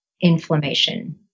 inflammation